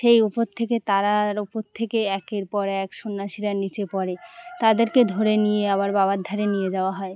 সেই উপর থেকে তারার উপর থেকে একের পরে এক সন্ন্যাসিরা নিচে পড়ে তাদেরকে ধরে নিয়ে আবার বাবার ধারে নিয়ে যাওয়া হয়